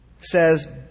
says